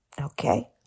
Okay